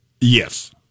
Yes